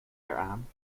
eraan